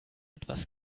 etwas